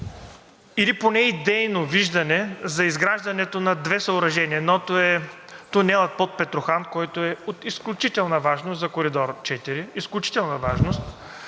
или поне идейно виждане за изграждането на две съоръжения? Едното е тунелът под Петрохан, който е от изключителна важност за Коридор 4,